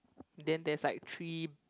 then there's like three